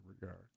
regard